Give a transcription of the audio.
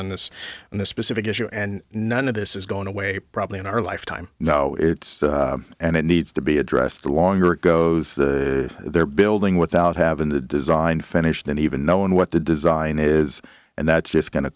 on this and this specific issue and none of this is going away probably in our lifetime no it's and it needs to be addressed the longer it goes the they're building without having to design finished and even knowing what the design is and that's just going to